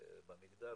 במגדל,